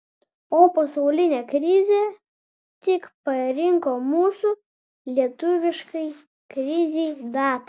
o pasaulinė krizė tik parinko mūsų lietuviškai krizei datą